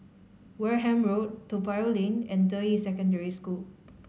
Wareham Road Toa Payoh Lane and Deyi Secondary School